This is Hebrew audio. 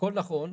הכל נכון.